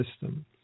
system